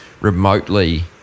remotely